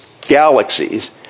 galaxies